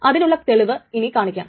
അതിനുള്ള തെളിവ് ഇനി കാണിക്കാം